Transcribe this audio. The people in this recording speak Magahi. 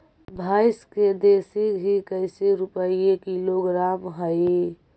भैंस के देसी घी कैसे रूपये किलोग्राम हई?